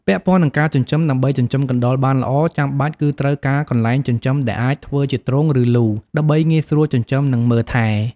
ពាក់ព័ន្ធនឹងការចិញ្ចឹម ដើម្បីចិញ្ចឹមកណ្តុរបានល្អ ចាំបាច់គឺត្រូវការកន្លែងចិញ្ចឹមដែលអាចធ្វើជាទ្រុង ឬ លូ ដើម្បីងាយស្រួលចិញ្ចឹម និង មើលថែ។